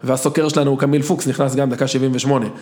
והסוקר שלנו הוא קמיל פוקס, נכנס גם דקה שבעים ושמונה.